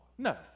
No